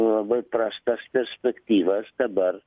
labai prastas perspektyvas dabar